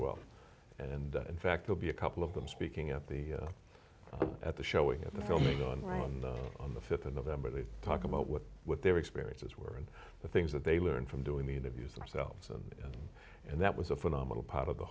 well and in fact they'll be a couple of them speaking at the at the showing of the filming on right on the fifth of november they talk about what what their experiences were and the things that they learned from doing the interviews themselves and and that was a phenomenal part of the